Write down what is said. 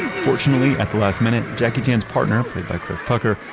fortunately, at the last minute, jackie chan's partner, played by chris tucker,